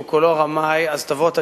על